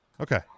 Okay